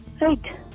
right